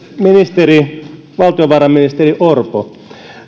ministeri valtiovarainministeri orpo